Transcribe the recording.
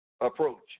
approach